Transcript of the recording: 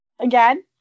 again